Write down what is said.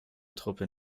truppe